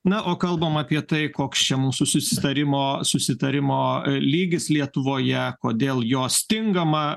na o kalbam apie tai koks čia mūsų susitarimo susitarimo lygis lietuvoje kodėl jo stingama